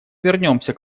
вернемся